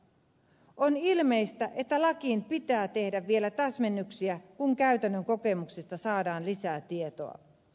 on ilmeistä että lakiin pitää tehdä vielä täsmennyksiä kun käytännön kokemuksista saadaan lisää tietoa